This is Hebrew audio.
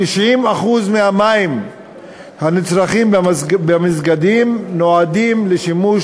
90% מהמים הנצרכים במסגדים נועדים לשימוש,